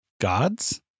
Gods